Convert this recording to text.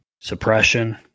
suppression